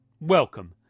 Welcome